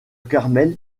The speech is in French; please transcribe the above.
carmel